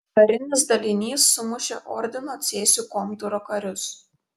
karinis dalinys sumušė ordino cėsių komtūro karius